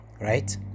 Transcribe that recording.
right